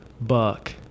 buck